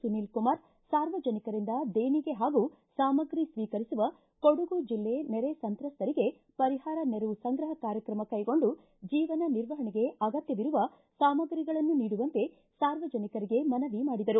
ಸುನಿಲ್ ಕುಮಾರ್ ಸಾರ್ವಜನಿಕರಿಂದ ದೇಣಿಗೆ ಹಾಗೂ ಸಾಮಾಗ್ರಿ ಸ್ವೀಕರಿಸುವ ಕೊಡಗು ಜಿಲ್ಲೆ ನೆರೆ ಸಂತ್ರಸ್ತರಿಗೆ ಪರಿಹಾರ ನೆರವು ಸಂಗ್ರಹ ಕಾರ್ಯಕ್ರಮ ಕೈಗೊಂಡು ಜೀವನ ನಿರ್ವಣೆಗೆ ಅಗತ್ಯವಿರುವ ಸಾಮಗ್ರಿಗಳನ್ನು ನೀಡುವಂತ ಸಾರ್ವಜನಿಕರಿಗೆ ಮನವಿ ಮಾಡಿದರು